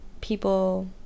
people